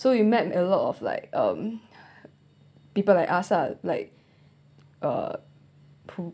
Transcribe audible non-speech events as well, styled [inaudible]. so you met a lot of like um [breath] people like us lah like [breath] uh pu~